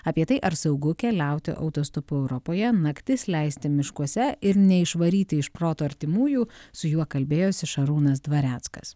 apie tai ar saugu keliauti autostopu europoje naktis leisti miškuose ir neišvaryti iš proto artimųjų su juo kalbėjosi šarūnas dvareckas